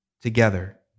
together